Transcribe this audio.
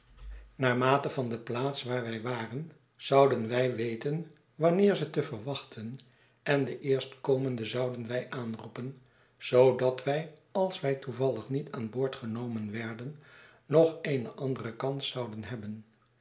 naarmate van de plaats waar wij waren zouden wij weten wanneer ze teverwachten en de eerstkomende zouden wij aanroepen zoodat wij als wij toevallig niet aan boord genomen werden nog eene andere kans zouden hebben